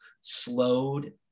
slowed